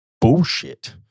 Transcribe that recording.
bullshit